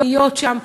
להיות שם,